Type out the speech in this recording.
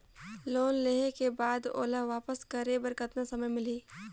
Loan लेहे के बाद ओला वापस करे बर कतना समय मिलही?